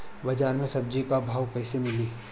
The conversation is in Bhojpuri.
बाजार मे सब्जी क भाव कैसे मिली?